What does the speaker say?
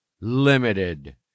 limited